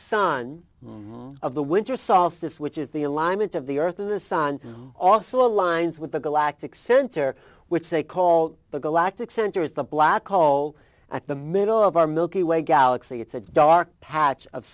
sun of the winter solstice which is the alignment of the earth and the sun also aligns with the galactic center which they call the galactic center is the black hole at the middle of our milky way galaxy it's a dark patch of